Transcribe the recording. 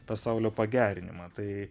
pasaulio pagerinimą tai